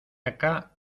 acá